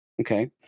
Okay